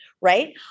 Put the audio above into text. right